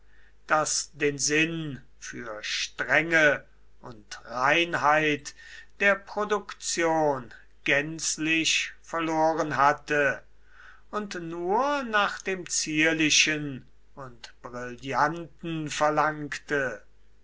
das den sinn für strenge und reinheit der produktion gänzlich verloren hatte und nur nach dem zierlichen und brillanten verlangte